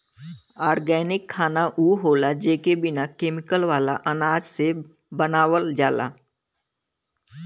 organic खाना उ होला जेके बिना केमिकल वाला अनाज से बनावल जाला